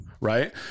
Right